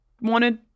wanted